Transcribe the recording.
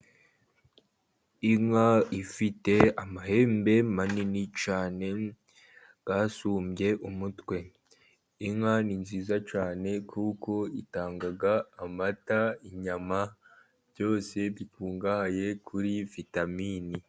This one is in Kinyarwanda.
Inka ifite amahembe manini cyane yasumbye umutwe. Inka ni nziza cyane kuko itanga amata, inyama, byose bikungahaye kuri vitaminini.